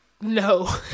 no